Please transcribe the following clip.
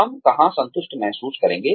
हम कहाँ संतुष्ट महसूस करेंगे